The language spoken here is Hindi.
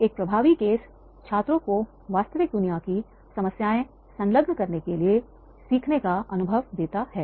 एक प्रभावी केस छात्रों को वास्तविक दुनिया की समस्याएं संलग्न करने के लिए सीखने का अनुभव देता है